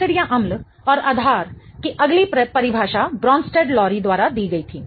acid अम्ल और आधार की अगली परिभाषा ब्रॉन्स्टेड और लोरी द्वारा दी गई थी